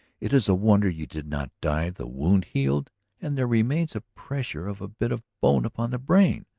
it is a wonder you did not die. the wound healed and there remains a pressure of a bit of bone upon the brain.